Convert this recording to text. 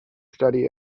study